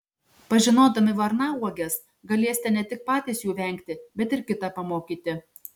pažinodami varnauoges galėsite ne tik patys jų vengti bet ir kitą pamokyti